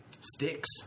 Sticks